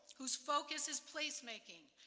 whose focus is placemaking,